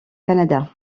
canada